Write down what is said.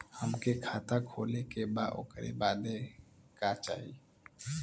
हमके खाता खोले के बा ओकरे बादे का चाही?